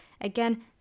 Again